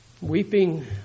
Weeping